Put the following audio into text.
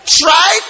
try